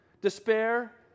despair